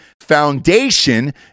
Foundation